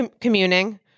communing